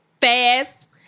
fast